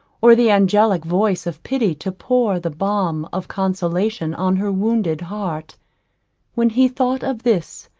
or the angelic voice of pity to pour the balm of consolation on her wounded heart when he thought of this,